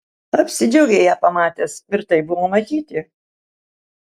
apsidžiaugei ją pamatęs ir tai buvo matyti